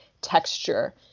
texture